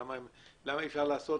למה אי אפשר לעשות